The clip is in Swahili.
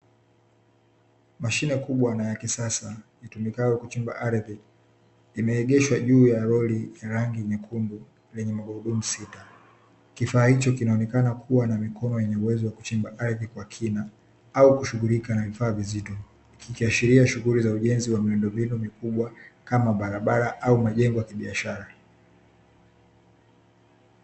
Mashine kubwa na ya kisasa itumikayo kuchimba ardhi, imeegeshwa juu ya lori lanrangi nyekundu lenye magurudumu sita. Kifaa hicho kinaonekana kuwa na mikono yenye uwezo wa kuchimba ardhi kwa kina au kushughulika na vifaa vizito, kikiashiria shughuli za ujenzi wa miundo mbinu mikubwa kama barabara au majengo ya kibiashara.